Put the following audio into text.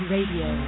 Radio